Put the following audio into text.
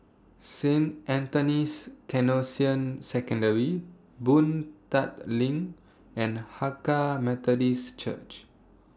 Saint Anthony's Canossian Secondary Boon Tat LINK and Hakka Methodist Church